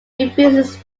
refuses